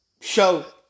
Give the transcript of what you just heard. show